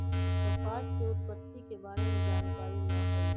कपास के उत्पत्ति के बारे में जानकारी न हइ